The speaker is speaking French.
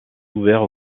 ouverts